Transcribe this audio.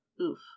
Oof